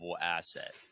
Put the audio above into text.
asset